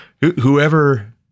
whoever